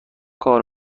کار